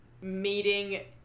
meeting